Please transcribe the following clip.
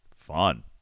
fun